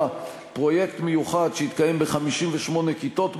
פרויקט מיוחד שיתקיים ב-58 כיתות בדרום,